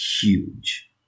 huge